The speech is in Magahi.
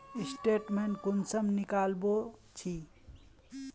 स्टेटमेंट कुंसम निकलाबो छी?